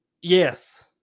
yes